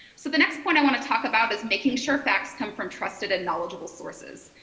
so the next point i want to talk about is making sure facts come from trusted and knowledgeable sources.